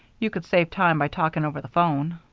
you could save time by talking over the phone.